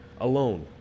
alone